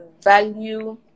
value